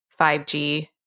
5G